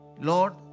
Lord